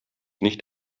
nicht